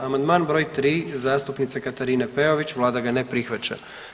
Amandman br. 3. zastupnice Katarine Peović vlada ga ne prihvaća.